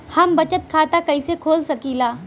हम बचत खाता कईसे खोल सकिला?